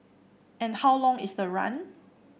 and how long is the run